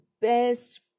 best